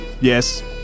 yes